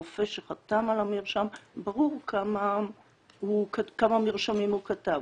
יש את שם הרופא שחתם על המרשם וברור כמה מרשמים הוא כתב.